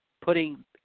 putting